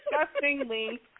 disgustingly